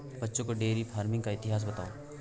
बच्चों को dairy farming का इतिहास बताओ